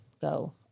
go